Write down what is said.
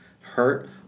hurt